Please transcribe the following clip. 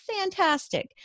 fantastic